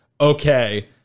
okay